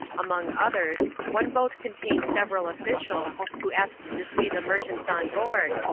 among others, one boat contained several officials, who asked to see the merchants on board,